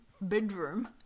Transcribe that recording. Bedroom